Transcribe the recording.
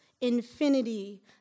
infinity